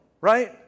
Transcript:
right